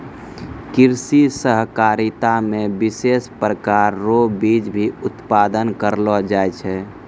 कृषि सहकारिता मे विशेष प्रकार रो बीज भी उत्पादन करलो जाय छै